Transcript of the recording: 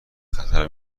خطر